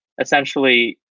essentially